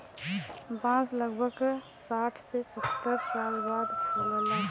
बांस लगभग साठ से सत्तर साल बाद फुलला